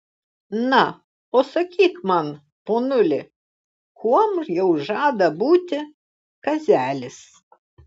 na o sakyk man ponuli kuom jau žada būti kazelis